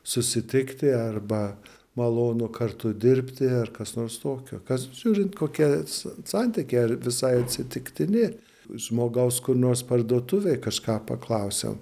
susitikti arba malonu kartu dirbti ar kas nors tokio kas žiūrint kokie santykiai ar visai atsitiktini žmogaus kur nors parduotuvėj kažką paklausiam